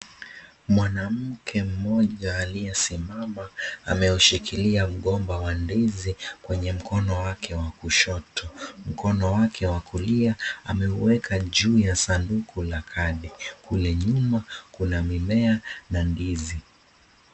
Mwanamke mmoja aliyesimama, ameushikilia mgomba wa ndizi kwenye mkono wake wa kushoto. Mkono wake wa kulia, ameuweka juu ya sanduka la kadi. Kule nyuma, kuna mimea na ndizi.